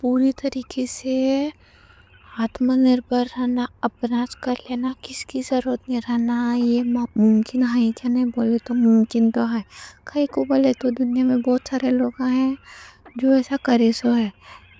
پورے طریقے سے آتم نربھر رہنا، اپناج کر لینا، کسی کی ضرورت نہیں رہنا — یہ ممکن ہے؟ کیا نہیں بولے تو ممکن تو ہے۔ کائیں کوں بولے تو دنیا میں بہت سارے لوگ ہیں جو ایسا کرے سو ہیں۔